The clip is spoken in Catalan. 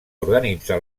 organitzar